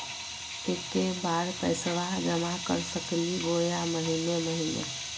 एके बार पैस्बा जमा कर सकली बोया महीने महीने?